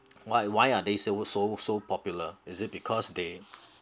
why why are they so so so popular is it because they